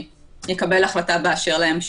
יקבל החלטה באשר להמשך.